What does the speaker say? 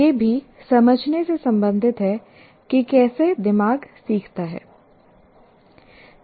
यह भी समझने से संबंधित है कि कैसे दिमाग सीखो